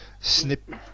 snip